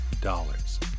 dollars